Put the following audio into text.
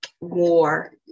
war